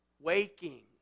Waking